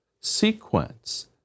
sequence